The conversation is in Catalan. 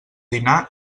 dinar